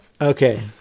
Okay